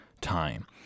time